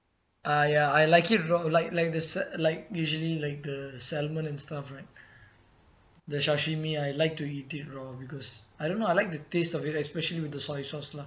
ah ya I like it raw like like the sa~ like usually like the salmon and stuff right the sashimi I like to eat it raw because I don't know I like the taste of it especially with the soy sauce lah